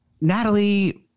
Natalie